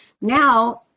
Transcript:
Now